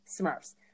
smurfs